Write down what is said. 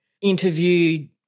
interviewed